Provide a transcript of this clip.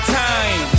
time